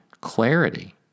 clarity